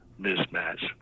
mismatch